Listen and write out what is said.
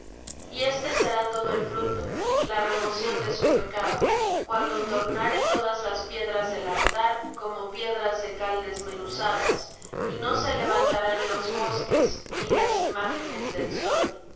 y éste será todo el fruto la remoción de su pecado cuando tornare todas las piedras del altar como piedras de cal desmenuzadas y no se levantarán los bosques ni las imágenes del sol